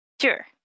Sure